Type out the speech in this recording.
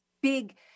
big